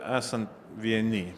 esant vieni